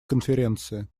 конференции